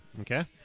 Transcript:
Okay